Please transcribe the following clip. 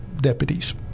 deputies